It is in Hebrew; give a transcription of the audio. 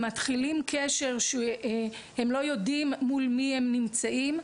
מתחילים קשר שהם לא יודעים מול מי הם נמצאים.